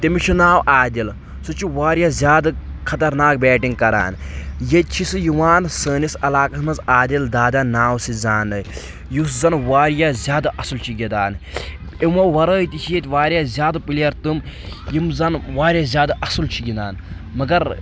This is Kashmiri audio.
تٔمِس چھُ ناو عادل سُہ چھُ واریاہ زیادٕ خطرناک بیٹنٛگ کران ییٚتہِ چھُ سُہ یِوان سٲنس علاقس منٛز عادل دادا ناوٕ سۭتۍ زاننہٕ یُس زن واریاہ زیادٕ اصل چھُ گِنٛدان أمو ورٲے تہِ چھِ ییٚتہِ واریاہ زیادٕ پٕلیر تٔم یِم زنہٕ واریاہ زیادٕ اصٕل چھِ گِنٛدان مگر